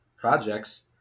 projects